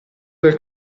del